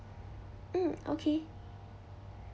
mm okay